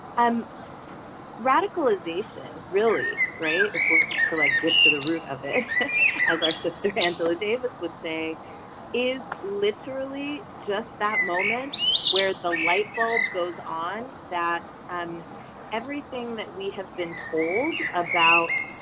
i'm radicalization really right if we're we're just till i get to the root of it as our sister angela davis would say is literally just that moment where the light bulb goes on that um everything that we have been told about